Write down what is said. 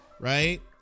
right